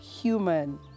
human